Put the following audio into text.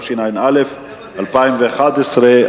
התשע"א 2011,